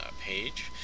page